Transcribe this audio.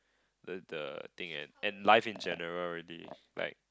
the the thing and and life in general really like